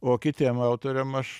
o kitiem autoriam aš